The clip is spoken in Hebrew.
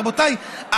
רבותיי,